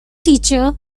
teacher